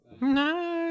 No